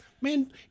man